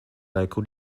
local